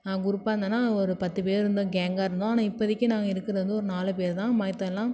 நான் குரூப்பாக இருந்தேன்னா ஒரு பத்து பேர் இருந்தோம் கேங்காக இருந்தோம் ஆனால் இப்பதைக்கி நாங்கள் இருக்கிறது வந்து ஒரு நாலு பேர்தான் மற்ற எல்லாம்